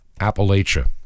Appalachia